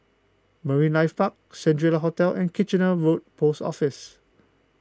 Marine Life Park Shangri La Hotel and Kitchener Road Post Office